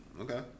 okay